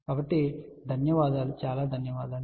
కాబట్టి చాలా ధన్యవాదాలు